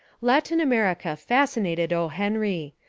latin america fascinated o. henry.